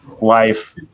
life